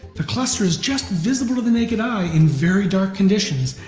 the cluster is just visible to the naked eye in very dark conditions,